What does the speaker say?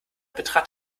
betrat